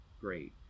Great